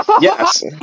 Yes